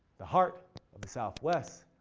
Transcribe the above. the heart of the southwest.